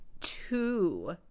two –